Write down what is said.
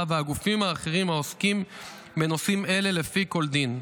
והגופים האחרים העוסקים בנושאים אלה לפי כל דין.